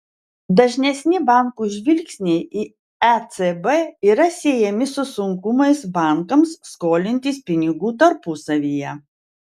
dažnesni bankų žvilgsniai į ecb yra siejami su sunkumais bankams skolintis pinigų tarpusavyje